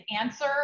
answer